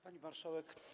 Pani Marszałek!